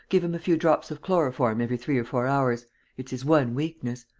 give him a few drops of chloroform every three or four hours it's his one weakness.